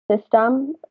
system